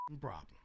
problem